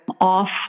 off